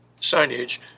signage